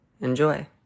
Enjoy